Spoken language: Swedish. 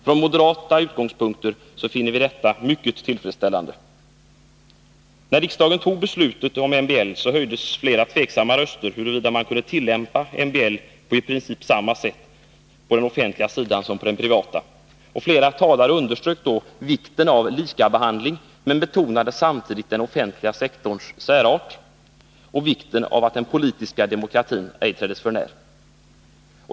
Från moderata utgångspunkter finner vi detta mycket tillfredsställande. När riksdagen fattade beslutet om MBL höjdes flera tveksamma röster huruvida man kunde tillämpa MBL på i princip samma sätt på den offentliga sidan som på den privata. Flera talare underströk vikten av lika behandling men betonade samtidigt den offentliga sektorns särart och vikten av att den politiska demokratin ej träddes för när.